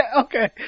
okay